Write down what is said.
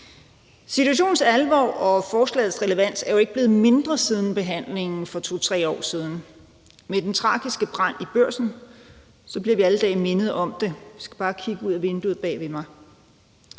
Situationens alvor og forslagets relevans er jo ikke blevet mindre siden behandlingen for 2-3 år siden. Med den tragiske brand i Børsen bliver vi alle dage mindet om det; man skal bare kigge ud ad vinduet bag ved mig.